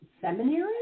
seminary